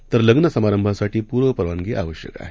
तर लग्न समारंभासाठी पूर्वपरवानगी आवश्यक आहे